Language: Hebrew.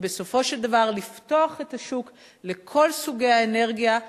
ובסופו של דבר לפתוח את השוק לכל סוגי האנרגיה,